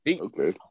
okay